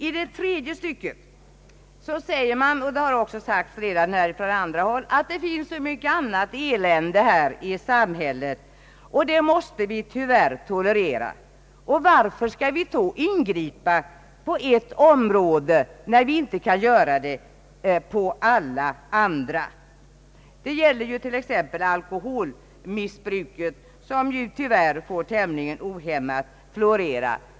I det tredje stycket anför reservanterna — och det har också redan sagts från andra håll — att det finns mycket annat elände i samhället och att vi tyvärr måste tolerera det. Reservanterna frågar sig varför man skall ingripa på ett område när vi inte kan göra det på alla andra. Det gäller t.ex. alkoholmissbruket, som tyvärr får florera tämligen ohämmat.